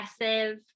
aggressive